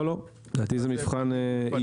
לא לא, לדעתי זה מבחן עיוני.